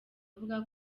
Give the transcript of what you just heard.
avuga